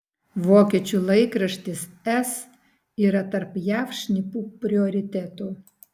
vokiečių laikraštis es yra tarp jav šnipų prioritetų